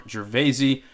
Gervaisi